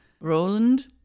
Roland